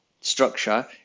structure